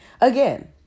Again